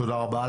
תודה רבה.